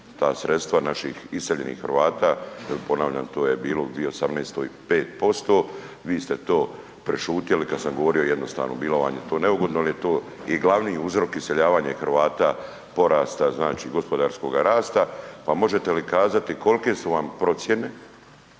ta sredstva naših iseljenih Hrvata jel ponavljam to je bilo u 2018. 5%, vi ste to prešutjeli kad sam govorio, jednostavno bilo vam je to neugodno, al je to i glavni uzrok iseljavanja i Hrvata porasta znači gospodarskoga rasta, pa možete li kazati kolke su vam procjene,